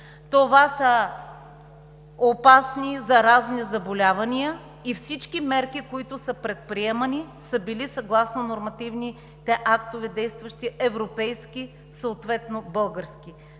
Това са опасни заразни заболявания и всички мерки, които са предприемани, са били съгласно действащите нормативни актове – европейски, съответно български.